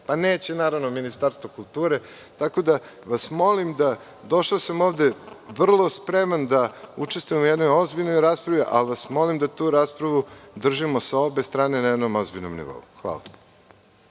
Pa, neće, naravno, Ministarstvo kulture, tako da vas molim… Došao sam ovde vrlo spreman da učestvujem u jednoj ozbiljnoj raspravi, ali vas molim da tu raspravu držimo sa obe strane na jednom ozbiljnom nivou. Hvala.